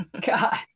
God